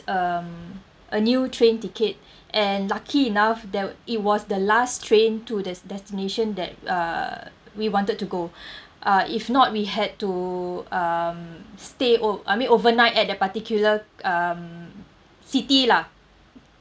um a new train ticket and lucky enough that it was the last train to this destination that uh we wanted to go uh if not we had to um stay o~ I mean overnight at a particular um city lah